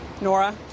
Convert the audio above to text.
Nora